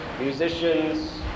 musicians